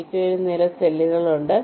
എനിക്ക് ഒരു നിര സെല്ലുകളുണ്ട്